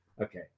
Okay